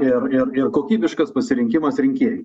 ir ir kokybiškas pasirinkimas rinkėjų